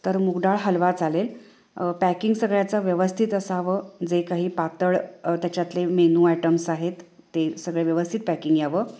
तर मूगडाळ हलवा चालेल पॅकिंग सगळ्याचं व्यवस्थित असावं जे काही पातळ त्याच्यातले मेनू आयटम्स आहेत ते सगळे व्यवस्थित पॅकिंग यावं